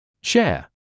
Share